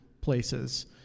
places